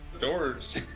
doors